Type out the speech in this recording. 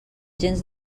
gens